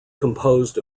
composed